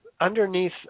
underneath